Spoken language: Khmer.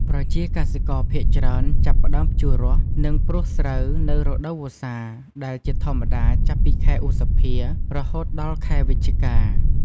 ប្រជាកសិករភាគច្រើនចាប់ផ្តើមភ្ជួររាស់ និងព្រួសស្រូវនៅរដូវវស្សា ដែលជាធម្មតាចាប់ពីខែឧសភា រហូតដល់ខែវិច្ឆិកា។